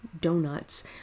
Donuts